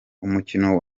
umukino